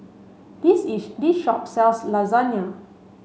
this this shop sells Lasagne